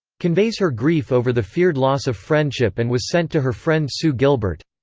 conveys her grief over the feared loss of friendship and was sent to her friend sue gilbert.